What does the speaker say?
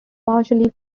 partially